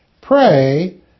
pray